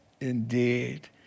indeed